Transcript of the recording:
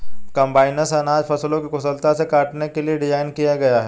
combines अनाज फसलों को कुशलता से काटने के लिए डिज़ाइन किया गया है